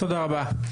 תודה רבה.